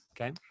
okay